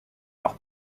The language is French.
leur